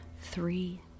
three